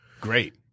great